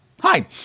Hi